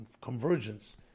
convergence